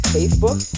Facebook